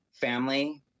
family